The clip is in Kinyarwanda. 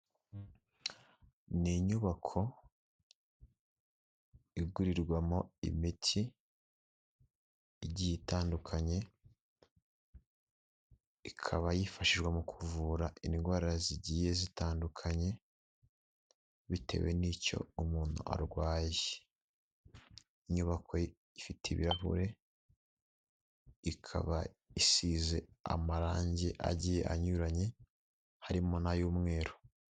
Ni inyubako igurirwamo imiti igiye itandukanye, ikaba yifashishwa mu kuvura indwara zigiye zitandukanye bitewe n'icyo umuntu arwaye, inyubako ifite ibirahure ikaba isize amarange agiye anyuranye harimo n'ay'umweru.